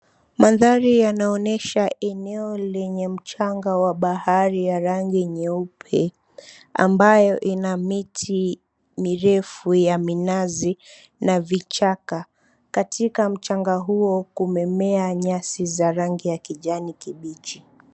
Mandhari yanaonyesha eneo lenye mchanga wa bahari ya rangi nyeupe ambayo ina miti mirefu ya minazi na vichaka. Katika mchanga huo kumemea nyasi za rangi ya kijani kibichi.